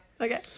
Okay